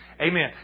Amen